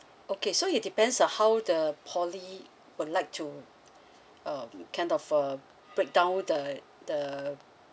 okay so it depends on how the poly would like to uh kind of uh break down the the